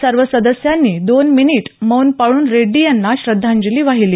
सर्व सदस्यांनी दोन मिनिटं मौन पाळून रेड्डी यांना श्रद्धांजली वाहिली